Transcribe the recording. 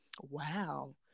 wow